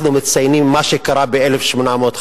אנחנו מציינים את מה שקרה ב-1857,